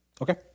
Okay